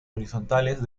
horizontales